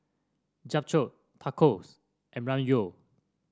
Japchae Tacos and Ramyeon